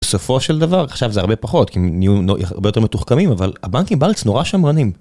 בסופו של דבר עכשיו זה הרבה פחות כי נהיו יותר מתוחכמים אבל הבנקים בארץ נורא שמרנים.